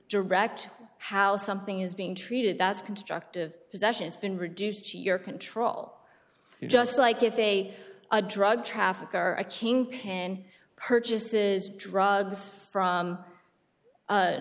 direct how something is being treated that's constructive possessions been reduced to your control just like if a a drug trafficker a king penn purchases drugs from